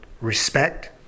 respect